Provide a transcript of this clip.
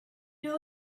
know